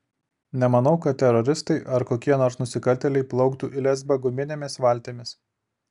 nemanau kad teroristai ar kokie nors nusikaltėliai plauktų į lesbą guminėmis valtimis